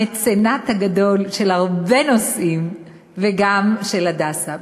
המצנט הגדול של הרבה נושאים וגם של "הדסה",